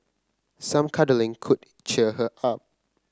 some cuddling could cheer her up